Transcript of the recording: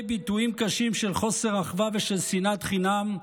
ביטויים קשים של חוסר אחווה ושל שנאת חינם,